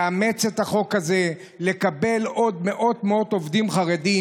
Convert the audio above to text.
לאמץ את החוק הזה ולקבל עוד מאות עובדים חרדים,